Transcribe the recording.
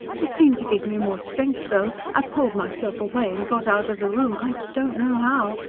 it seemed to give me more strength, though. i pulled myself away and got out of the room, i don't know how.